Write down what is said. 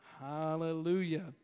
hallelujah